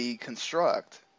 construct